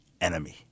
enemy